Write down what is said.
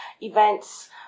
events